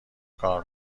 کار